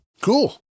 Cool